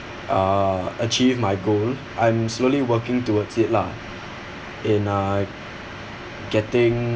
uh achieve my goal I'm slowly working towards it lah in uh getting